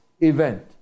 event